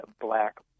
black